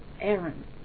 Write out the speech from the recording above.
Aaron